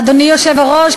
אדוני היושב-ראש,